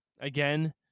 again